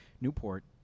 Newport